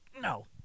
no